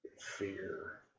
fear